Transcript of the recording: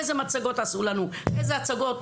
איזו מצגות עשו לנו, איזה הצגות.